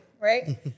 right